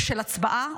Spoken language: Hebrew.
בשל הצבעה,